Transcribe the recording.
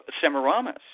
Semiramis